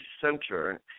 center